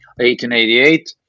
1888